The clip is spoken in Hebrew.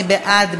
מי בעד?